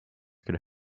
could